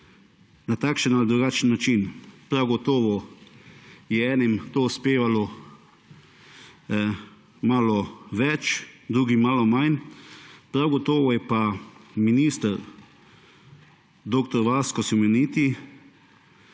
na takšen ali drugačen način. Prav gotovo je enim to uspevalo malo bolj, drugim malo manj. Prav gotovo je pa minister dr. Vasko Simoniti